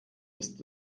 ist